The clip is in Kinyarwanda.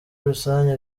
rusange